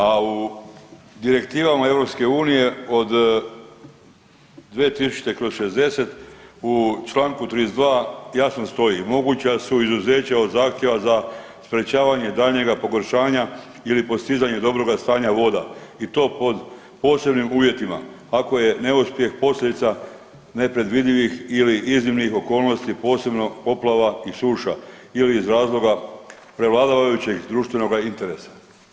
A u direktivama EU od 2000/60 u čl. 32. jasno stoji moguća su izuzeća od zahtijeva za sprečavanje daljnjega pogoršanja ili postizanja dobroga stanja voda i to pod posebnim uvjetima ako je neuspjeh posljedica nepredvidivih ili iznimnih okolnosti posebno poplava i suša ili iz razloga prevladavajućeg društvenog interesa.